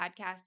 podcast